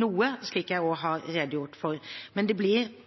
noe, slik jeg også har redegjort for. Men det blir